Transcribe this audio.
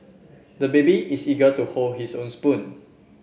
the baby is eager to hold his own spoon